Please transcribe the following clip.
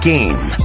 Game